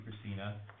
Christina